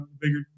bigger